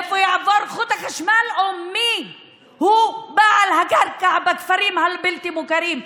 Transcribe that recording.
איפה יעבור חוט החשמל ומיהו בעל הקרקע בכפרים הבלתי-מוכרים,